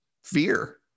fear